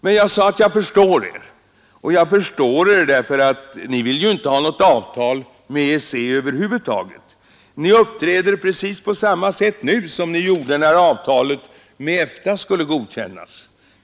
Men jag förstår er, för ni vill ju inte ha något avtal med EEC över huvud taget. Ni uppträder precis på samma sätt som ni gjorde när avtalet med EFTA skulle godkännas.